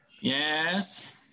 Yes